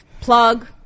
plug